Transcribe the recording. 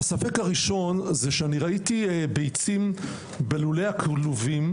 הספק הראשון, זה שאני ראיתי ביצים בלולי הכלובים,